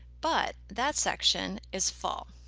but that section is full.